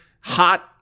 hot